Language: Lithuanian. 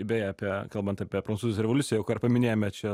beje apie kalbant apie prancūzų revoliuciją jau ką ir paminėjome čia